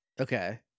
Okay